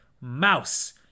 Mouse